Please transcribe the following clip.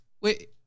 Wait